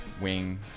wing